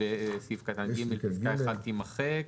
בסעיף 14כז, בסעיף קטן (ג), פסקה (1) תימחק.